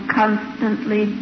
constantly